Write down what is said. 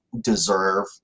deserve